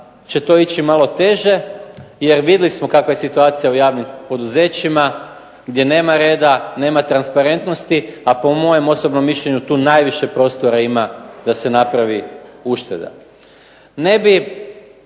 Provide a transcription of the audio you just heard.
će to ići malo teže, jer vidjeli smo kakva je situacija u javnim poduzećima gdje nema reda nema transparentnosti, a po mojem osobnom mišljenju tu najviše prostora ima da se napravi ušteda. Ne bih